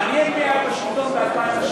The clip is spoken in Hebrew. מעניין מי היה בשלטון ב-2007.